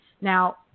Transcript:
Now